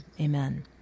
Amen